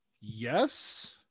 Yes